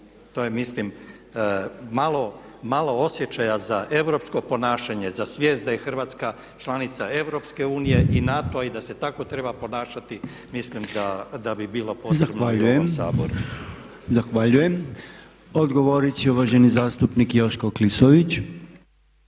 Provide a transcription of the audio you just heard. To je mislim malo osjećaja za europsko ponašanje, za svijest da je Hrvatska članica EU i NATO-a i da se tako treba ponašati mislim da bi bilo potrebno i u ovom Saboru. **Podolnjak, Robert (MOST)** Zahvaljujem. Odgovorit će uvaženi zastupnik Joško Klisović.